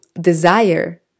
desire